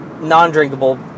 non-drinkable